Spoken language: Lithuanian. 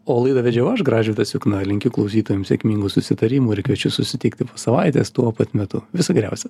o laidą vedžiau aš gražvydas jukna linkiu klausytojam sėkmingų susitarimų ir kviečiu susitikti po savaitės tuo pat metu viso geriausio